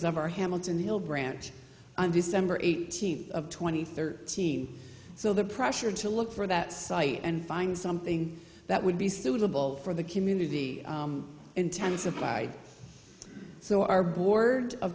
of our hamilton hill branch on december eighteenth of twenty thirteen so the pressure to look for that site and find something that would be suitable for the community intensified so our board of